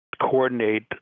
coordinate